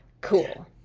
Cool